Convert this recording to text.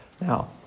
Now